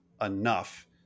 enough